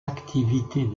activités